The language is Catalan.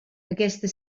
aquesta